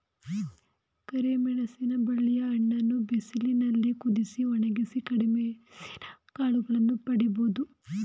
ಕರಿಮೆಣಸಿನ ಬಳ್ಳಿಯ ಹಣ್ಣನ್ನು ಬಿಸಿಲಿನಲ್ಲಿ ಕುದಿಸಿ, ಒಣಗಿಸಿ ಕರಿಮೆಣಸಿನ ಕಾಳುಗಳನ್ನು ಪಡಿಬೋದು